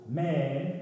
man